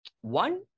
One